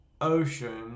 ocean